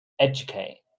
educate